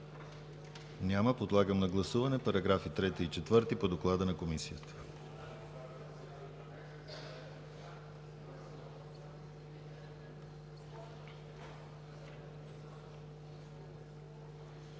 Няма. Подлагам на гласуване параграфи 3 и 4 по доклада на Комисията.